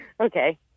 Okay